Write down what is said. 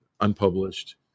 unpublished